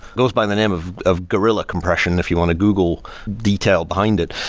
goes by the name of of guerrilla compression, if you want to google detail behind it.